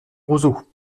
roseaux